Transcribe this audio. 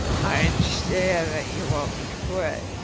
i understand you want me to quit,